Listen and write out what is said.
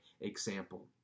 example